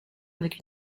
avec